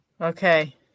Okay